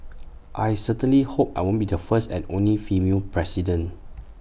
I certainly hope I won't be the first and only female president